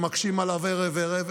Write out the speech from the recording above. שמקשים עליו ערב-ערב,